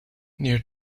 near